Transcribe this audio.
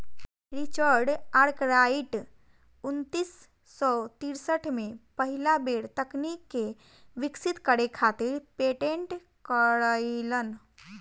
Richard Arkwright उन्नीस सौ तिरसठ में पहिला बेर तकनीक के विकसित करे खातिर पेटेंट करइलन